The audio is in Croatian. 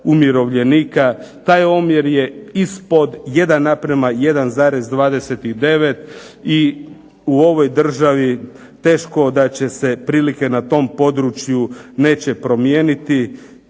umirovljenika. Taj omjer je ispod 1:1,29 i u ovoj državi teško da će se prilike na tom području neće promijeniti